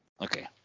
Okay